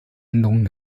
änderung